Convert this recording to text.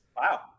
Wow